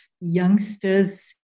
youngsters